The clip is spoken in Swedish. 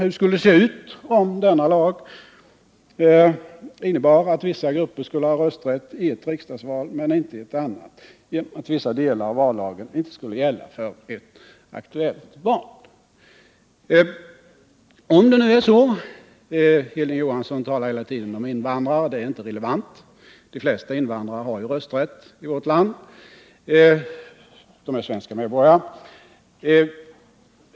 Hur skulle det se ut om denna lag — genom att vissa delar inte skulle gälla för ett aktuellt val — innebar att vissa grupper skulle ha rösträtt i ett riksdagsval men inte i ett annat? Hilding Johansson talar hela tiden om invandrare. Det är inte relevant, eftersom de flesta invandrare i vårt land har rösträtt — de är svenska medborgare.